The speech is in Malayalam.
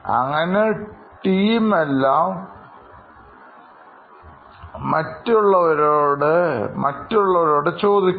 അങ്ങനെ ടീം എല്ലാം മറ്റുള്ളവരുടെ ചോദിക്കുക